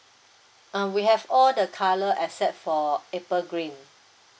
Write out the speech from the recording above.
uh we have all the colour except for apple green